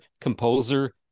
composer